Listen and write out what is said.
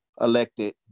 elected